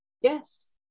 Yes